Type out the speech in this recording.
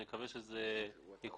אני מקווה שהוא יקודם.